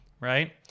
right